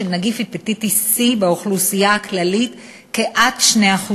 נגיף ההפטיטיס C באוכלוסייה הכללית כעד 2%,